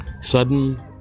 Sudden